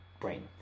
brain